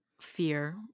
fear